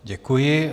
Děkuji.